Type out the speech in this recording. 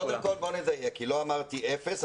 קודם כל בוא נדייק כי לא אמרתי אפס.